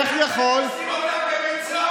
איך יכול, השופטים, נשים אותם בבית סוהר